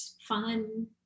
fun